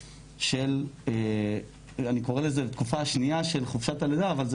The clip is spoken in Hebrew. אני קורא לזה בתקופה השנייה של חופשת הלידה אבל זה